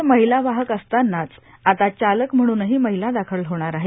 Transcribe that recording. त महिला वाहक असतानाच आता चालक म्हणूनही महिला दाखल होणार आहेत